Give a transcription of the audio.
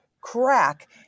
crack